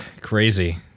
crazy